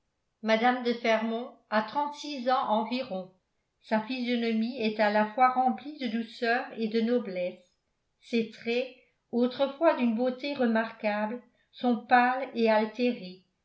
mme de fermont a trente-six ans environ sa physionomie est à la fois remplie de douceur et de noblesse ses traits autrefois d'une beauté remarquable sont pâles et altérés